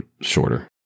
shorter